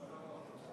לא.